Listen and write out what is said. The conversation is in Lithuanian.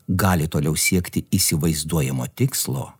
gali toliau siekti įsivaizduojamo tikslo